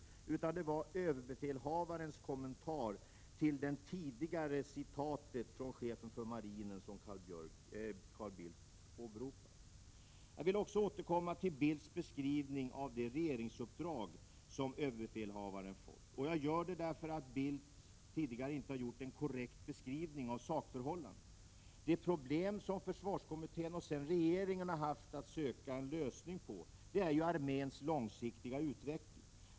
Det gällde i stället överbefälhavarens kommentar till citatet från chefen för marinen som Carl Bildt åberopade tidigare. Jag vill också återkomma till Carl Bildts beskrivning av det regeringsuppdrag som överbefälhavaren har fått. Jag gör det därför att Carl Bildt tidigare inte har gjort en korrekt beskrivning av sakförhållandena. Det problem som försvarskommittén och sedan regeringen haft att söka en lösning på gäller arméns långsiktiga utveckling.